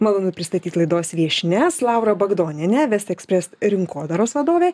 malonu pristatyti laidos viešnias laurą bagdonienę vest express rinkodaros vadovė